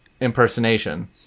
impersonation